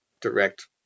direct